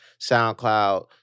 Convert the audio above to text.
SoundCloud